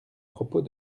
propos